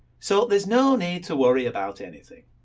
so there's no need to worry about anything.